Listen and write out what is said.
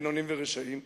בינוניים ורשעים,